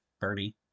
Bernie